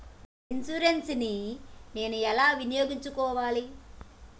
Insurance ని నేను ఎలా వినియోగించుకోవాలి?